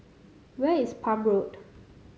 where is Palm Road